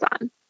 on